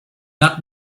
not